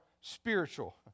spiritual